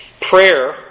prayer